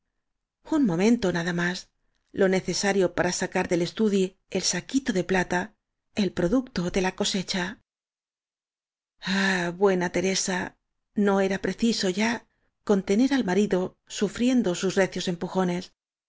un momento nada más lo necesario para sacar del estudi el saquito de plata el producto de la cosecha ah buena teresa no era preciso ya conte ner al marido sufriendo sus recios empujones